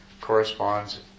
corresponds